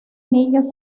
niños